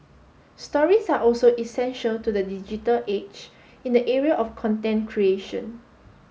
stories are also essential to the digital age in the area of content creation